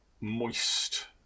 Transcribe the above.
moist